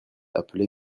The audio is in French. appelé